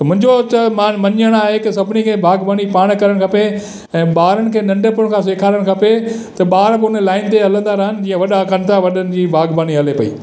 त मुंहिंजो चए मां मञणु आहे त सभिनी खे बाग़बानी पाण करणु खपे ऐं ॿारनि खे नंढपिण खां सेखारणु खपे त ॿार बि उन लाइन ते हलंदा रहनि जीअं वॾा कंदा वॾनि जी बाग़बानी हले पई